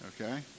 okay